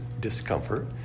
discomfort